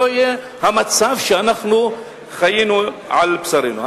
שלא יהיה המצב שאנחנו חיינו על בשרנו.